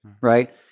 right